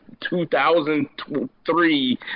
2003